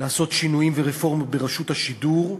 לעשות שינויים ורפורמות ברשות השידור,